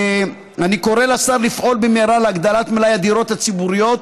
אני קורא לשר לפעול במהרה להגדלת מלאי הדירות הציבוריות,